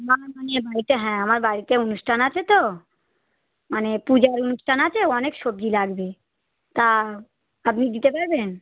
বাড়িতে হ্যাঁ আমার বাড়িতে অনুষ্ঠান আছে তো মানে পূজার অনুষ্ঠান আছে অনেক সবজি লাগবে তা আপনি দিতে পারবেন